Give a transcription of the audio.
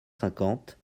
cinquante